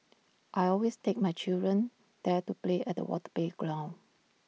I always take my children there to play at the water playground